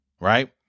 right